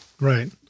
Right